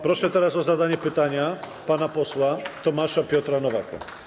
Proszę teraz o zadanie pytania pana posła Tomasza Piotra Nowaka.